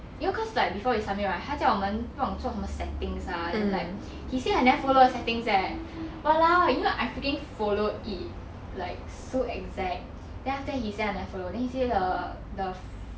you know cause like before you submit right 他叫我们不懂做什么 settings ah then like he said I never follow the settings eh !walao! you know I freaking followed it like so exact then after he sent a say the